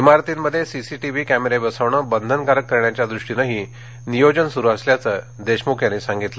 इमारतींमध्ये सीसीटीव्ही कॅमेरे बसवणं बंधनकारक करण्याच्या दृष्टीनंही नियोजन सुरू असल्याचं देशमुख यांनी सांगितलं